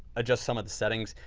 adjust some of the settings.